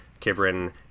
Kivrin